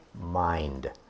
mind